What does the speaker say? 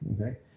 okay